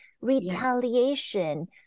Retaliation